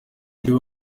buryo